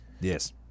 Yes